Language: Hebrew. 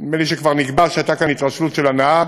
נדמה לי שכבר נקבע שהייתה כאן התרשלות של הנהג.